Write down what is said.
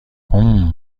هومممم